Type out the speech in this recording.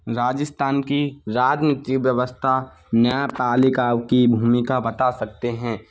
राजस्थान की राजनीतिक व्यवस्था न्यायपालिका की भूमिका बता सकते हैं